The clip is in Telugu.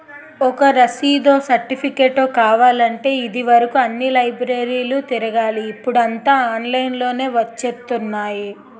ఒక రసీదో, సెర్టిఫికేటో కావాలంటే ఇది వరుకు అన్ని లైబ్రరీలు తిరగాలి ఇప్పుడూ అంతా ఆన్లైన్ లోనే వచ్చేత్తున్నాయి